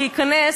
להיכנס,